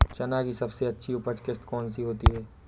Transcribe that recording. चना की सबसे अच्छी उपज किश्त कौन सी होती है?